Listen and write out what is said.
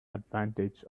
advantage